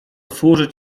służyć